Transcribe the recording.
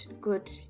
good